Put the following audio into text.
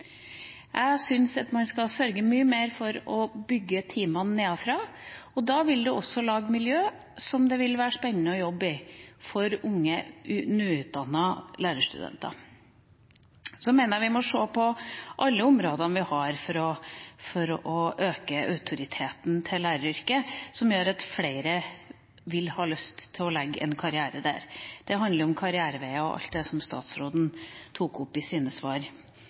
skal sørge for å bygge teamene nedenfra, og da vil en også lage miljø som det vil være spennende å jobbe i for unge, nyutdannede lærere. Jeg mener vi må se på alle områder vi har for å øke autoriteten til læreryrket, og som kan gjøre at flere vil ønske en karriere i skolen. Det handler om karriereveier og alt det som statsråden tok opp i sine svar,